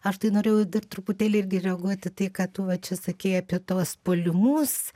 aš tai norėjau dar truputėlį irgi reaguoti į tai ką tu va čia sakei apie tuos puolimus